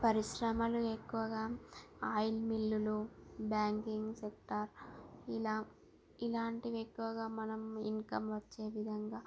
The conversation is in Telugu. పరిశ్రమలు ఎక్కువగా ఆయిల్ మిల్లులు బ్యాంకింగ్ సెక్టార్ ఇలా ఇలాంటివి ఎక్కువగా మనం ఇన్కమ్ వచ్చే విధంగా